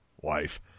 wife